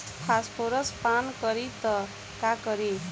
Phosphorus पान करी त का करी?